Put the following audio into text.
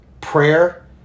prayer